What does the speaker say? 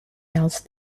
else